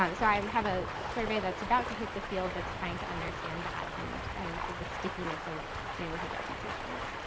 um so, i um have a survey that's about to hit the field that's trying to understand that and and the stickiness of neighborhood reputations.